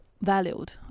valued